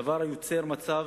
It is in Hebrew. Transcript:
דבר שיוצר מצב